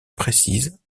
précise